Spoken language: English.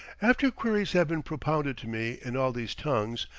after queries have been propounded to me in all these tongues,